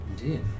Indeed